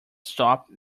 stopped